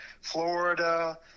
Florida